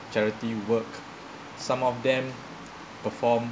charity work some of them perform